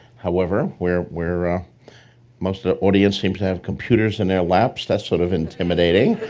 however, where where ah most of the audience seems to have computers in their laps. that's sort of intimidating.